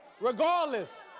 regardless